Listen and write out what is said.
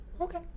Okay